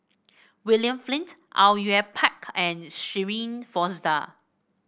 William Flint Au Yue Pak and Shirin Fozdar